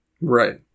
Right